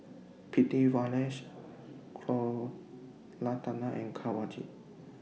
Pritiviraj Koratala and Kanwaljit